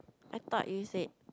I thought you said